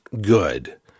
good